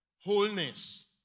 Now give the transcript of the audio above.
Wholeness